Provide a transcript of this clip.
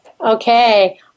Okay